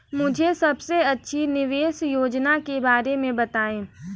मुझे सबसे अच्छी निवेश योजना के बारे में बताएँ?